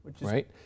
Right